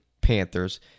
Panthers